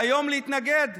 והיום להתנגד?